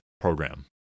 program